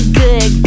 good